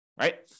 right